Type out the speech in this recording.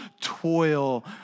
toil